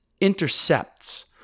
intercepts